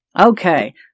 Okay